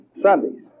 Sundays